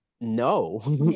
no